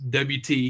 WT